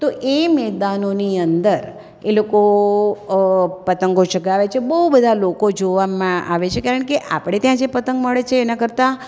તો એ મેદાનોની અંદર એ લોકો પતંગો ચગાવે છે બહુ બધા લોકો જોવામાં આવે છે કારણ કે આપણે ત્યાં જે પતંગ મળે છે એનાં કરતાં